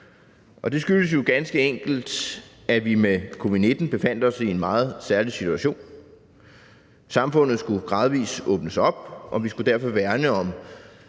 Det skyldtes jo ganske enkelt, at vi med covid-19 befandt os i en helt særlig situation. Samfundet skulle gradvis åbnes op, og vi skulle derfor værne om